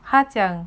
哈讲